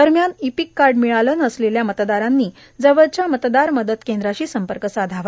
दरम्यान EPIC card मिळाले नसलेल्या मतदारांनी जवळच्या मतदार मदत केंद्राशी संपर्क साधावा